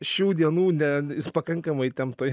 šių dienų ne pakankamai įtemptoje